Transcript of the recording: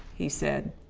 he said.